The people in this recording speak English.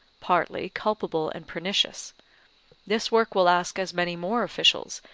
partly culpable and pernicious this work will ask as many more officials,